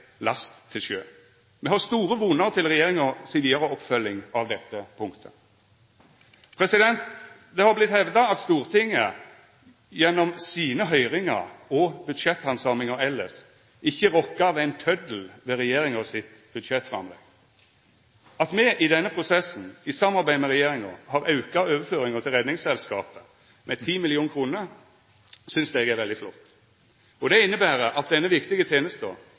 last til sjø. Me har store voner til regjeringa si vidare oppfølging av dette punktet Det har vorte hevda at Stortinget gjennom sine høyringar og budsjetthandsaminga elles ikkje rokkar ein tøddel ved regjeringa sitt budsjettframlegg. At me i denne prosessen, i samarbeid med regjeringa, har auka overføringa til Redningsselskapet med 10 mill. kr, synest eg er veldig flott. Det inneber at denne viktige tenesta